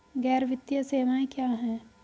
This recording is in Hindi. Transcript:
गैर वित्तीय सेवाएं क्या हैं?